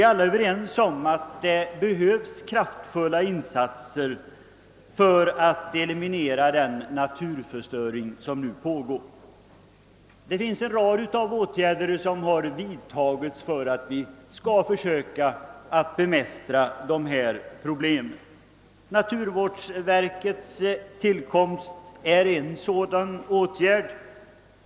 Alla är vi överens om att det behövs kraftfulla insatser för att hindra den pågående naturförstöringen. En rad åtgärder har emellertid redan vidtagits för att bemästra de här problemen. Naturvårdsverkets tillkomst är en sådan åtgärd.